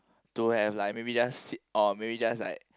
to have like maybe just sit or maybe just like